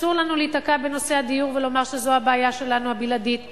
אסור לנו להיתקע בנושא הדיור ולומר שזו הבעיה הבלעדית שלנו.